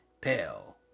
Pale